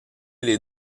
les